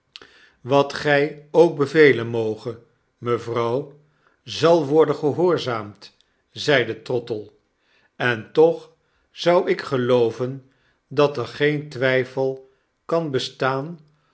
wat gy ook bevelen moge mevrouw zal worden gehoorzaamd zeide trottle en toch zou ik gelooven dat er geen twijfel kan bestaan